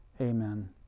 Amen